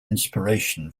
inspiration